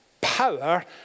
power